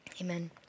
amen